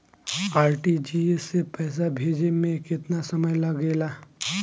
RTGS से पैसा भेजे में केतना समय लगे ला?